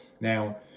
Now